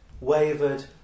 Wavered